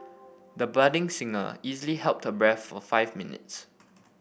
the budding singer easily held her breath for five minutes